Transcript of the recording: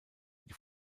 die